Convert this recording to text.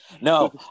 No